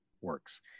works